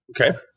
Okay